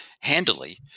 handily